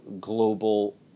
global